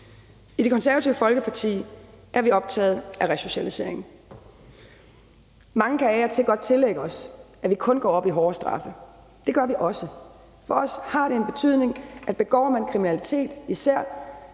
I Det Konservative Folkeparti er vi optaget af resocialisering. Mange kan af og til godt tillægge os, at vi kun går op i hårdere straffe. Det gør vi også. For os har det en betydning, at hvis man begår kriminalitet, især